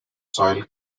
soil